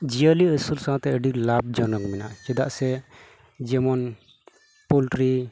ᱡᱤᱭᱟᱹᱞᱤ ᱟᱹᱥᱩᱞ ᱥᱟᱶᱛᱮ ᱟᱹᱰᱤ ᱞᱟᱵᱷ ᱡᱚᱱᱚᱠ ᱢᱮᱱᱟᱜᱼᱟ ᱪᱮᱫᱟᱜ ᱥᱮ ᱡᱮᱢᱚᱱ ᱯᱳᱞᱴᱨᱤ